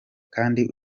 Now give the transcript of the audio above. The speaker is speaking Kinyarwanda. kandi